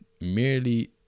merely